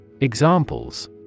Examples